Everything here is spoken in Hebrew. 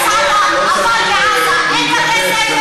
בעזה אין בתי-ספר ואין מסעדות.